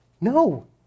No